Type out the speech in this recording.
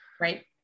right